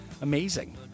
Amazing